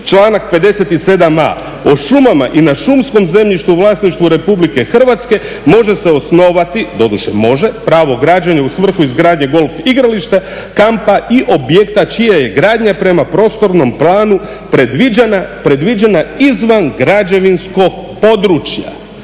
članak 57.a "O šumama i na šumskom zemljištu u vlasništvu Republike Hrvatske može se osnovati, doduše može, pravo građenja u svrhu izgradnje golf igrališta, kampa i objekta čija je gradnja prema prostornom planu predviđena izvan građevinskog područja,